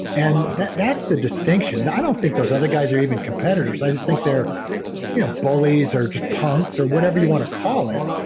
and that's the distinction. i don't think those other guys are even competitors. i just think they're you know bullies or just punks or whatever you want to call it.